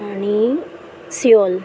आणि सियोल